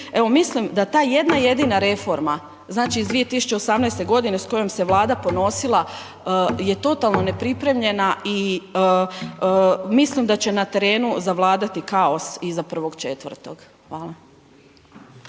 mislim da ta jedna jedina reforma, znači iz 2018. g. s kojom Se Vlada ponosila je totalno neprimljena i mislim da će na terenu zavladati kaos iza 1. 4. Hvala.